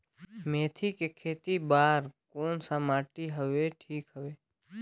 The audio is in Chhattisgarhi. मेथी के खेती बार कोन सा माटी हवे ठीक हवे?